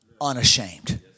unashamed